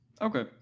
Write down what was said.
Okay